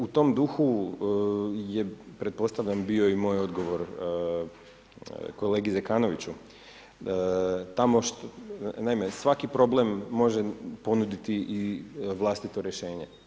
U tom duhu je pretpostavljam bio i moj odgovor kolegi Zekanoviću, naime svaki problem može ponuditi i vlastito rješenje.